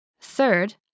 Third